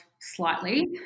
slightly